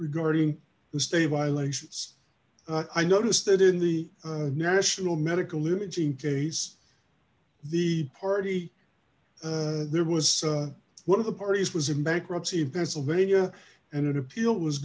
regarding the state violations i notice that in the national medical imaging case the party there was one of the parties was in bankruptcy in pennsylvania and an appeal was